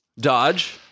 dodge